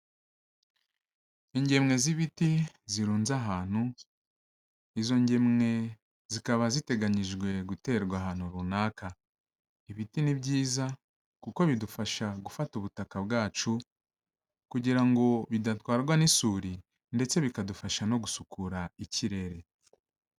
Ingemwe z'ibiti zirunze ahantu, izo ngemwe zikaba ziteganyijwe guterwa ahantu runaka, ibiti ni byiza kuko bidufasha gufata ubutaka bwacu kugira ngo bidatwarwa n'isuri ndetse bikadufasha no gusukura ikirere.